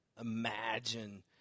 imagine